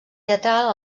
teatral